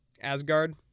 Asgard